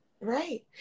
Right